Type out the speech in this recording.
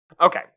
Okay